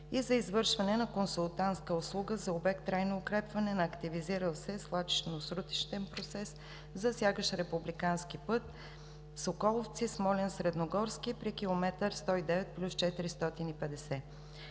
и за извършване на консултантска услуга за обект „Трайно укрепване на активизирал се свлачищно-срутищен процес, засягащ републикански път Соколовци – Смолян – Средногорци при км 109+450“.